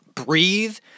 breathe